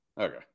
Okay